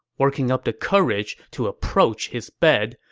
working up the courage to approach his bed,